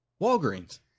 Walgreens